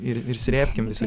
ir ir srėbkim visi